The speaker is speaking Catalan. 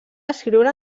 escriure